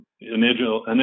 initial